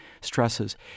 stresses